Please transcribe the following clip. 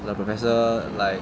the professor like